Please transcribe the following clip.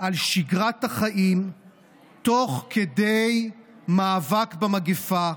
על שגרת החיים תוך כדי מאבק במגפה,